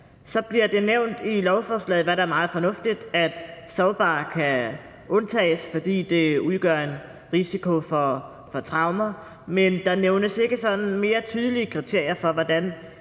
Så bliver det nævnt i lovforslaget – hvad der er meget fornuftigt – at sårbare personer kan undtages, fordi det udgør en risiko for traumer. Men der nævnes ikke sådan mere tydelige kriterier for, hvordan